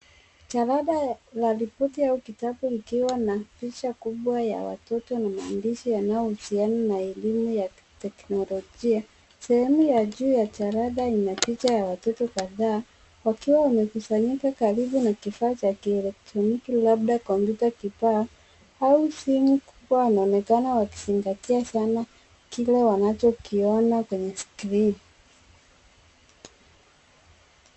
Jalada la ripoti au kitabu likiwa na picha kubwa ya watoto na maandishi yanayohusiana na elimu ya kiteknolojia. Sehemu ya juu ya jalada, ina picha ya watoto kadhaa, wakiwa wamekusanyika karibu na kifaa cha kieletroniki labda kompyuta kibao au simu kubwa. Wanaonekana wakizingatia sana kile wanachokiona kwenye skrini.